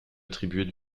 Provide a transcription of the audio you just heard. attribuer